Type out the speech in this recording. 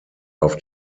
auf